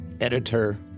editor